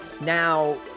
Now